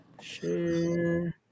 Share